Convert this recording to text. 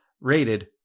rated